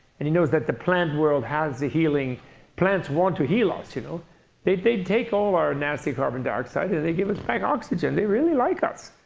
and he knows that the plant world has a healing plants want to heal us. you know they they take all our nasty carbon dioxide and they give us back oxygen. they really like us,